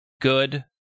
good